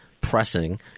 pressing